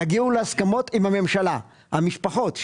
תגיעו להסכמות עם הממשלה, המשפחות.